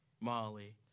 Molly